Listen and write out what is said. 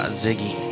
Ziggy